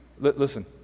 listen